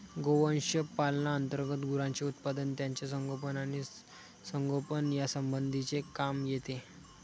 गोवंश पालना अंतर्गत गुरांचे उत्पादन, त्यांचे संगोपन आणि संगोपन यासंबंधीचे काम येते